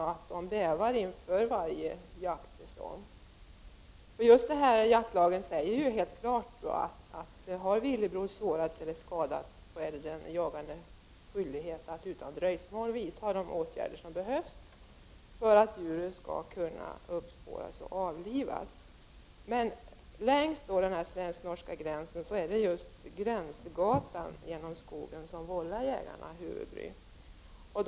De bävar för detta inför varje jaktsäsong. Ett jaktlag säger helt klart att om ett villebråd har sårats eller skadats är det den som jagar som har skyldighet att utan dröjsmål vidta de åtgärder som behövs för att djuret skall kunna spåras och avlivas. Längs den svensk/norska gränsen är det just gränsgatan genom skogen som vållar jägarna huvudbry.